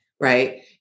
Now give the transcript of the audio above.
Right